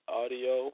audio